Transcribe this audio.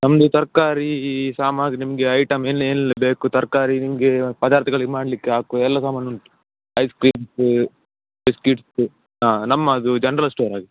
ನಮ್ಮದು ತರಕಾರೀ ಸಾಮಗ್ ನಿಮಗೆ ಐಟಮ್ ಏನ್ ಎಲ್ಲ ಬೇಕು ತರಕಾರಿ ನಿಮಗೆ ಇವಾಗ ಪದಾರ್ಥಗಲಿಗ್ ಮಾಡ್ಲಿಕ್ಕೆ ಹಾಕೋ ಎಲ್ಲ ಸಾಮಾನು ಉಂಟು ಐಸ್ ಕ್ರೀಮ್ ಬಿಸ್ಕಿಡ್ಸ್ ಹಾಂ ನಮ್ಮದು ಜನ್ರಲ್ ಸ್ಟೋರ್ ಹಾಗೆ